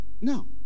No